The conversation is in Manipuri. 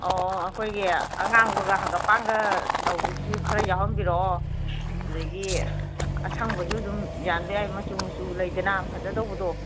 ꯑꯧ ꯑꯧ ꯑꯩꯈꯣꯏꯒꯤ ꯑꯉꯥꯡꯕꯒ ꯍꯪꯒꯥꯝꯄꯥꯟꯒ ꯇꯧꯕꯗꯨꯁꯨ ꯈꯔ ꯌꯥꯎꯍꯟꯕꯤꯔꯛꯑꯣ ꯑꯗꯒꯤ ꯑꯁꯪꯕꯁꯨ ꯑꯗꯨꯝ ꯌꯥꯟꯕ ꯌꯥꯏ ꯃꯆꯨ ꯃꯆꯨ ꯂꯩꯗꯅ ꯐꯖꯗꯧꯕꯗꯣ